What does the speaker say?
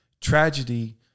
tragedy